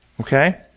Okay